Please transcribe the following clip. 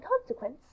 consequence